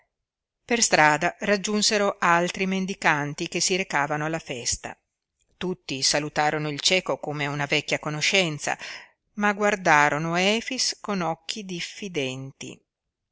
per strada raggiunsero altri mendicanti che si recavano alla festa tutti salutarono il cieco come una vecchia conoscenza ma guardarono efix con occhi diffidenti